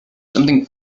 something